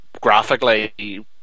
Graphically